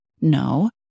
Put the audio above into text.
No